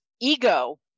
ego